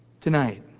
tonight